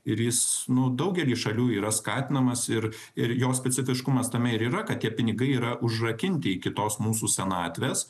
ir jis nu daugely šalių yra skatinamas ir ir jo specifiškumas tame ir yra kad tie pinigai yra užrakinti iki tos mūsų senatvės